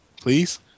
Please